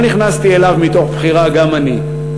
לא נכנסתי אליו מתוך בחירה, גם אני.